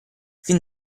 fin